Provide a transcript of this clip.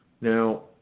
Now